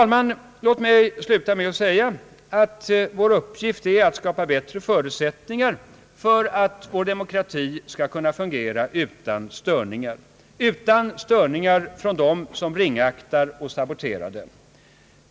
Låt mig sluta med att säga att vår uppgift är att skapa bättre förutsättningar för att vår demokrati skall kunna fungera utan störningar från dem som ringaktar och saboterar den.